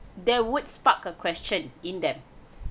there would spark a question in them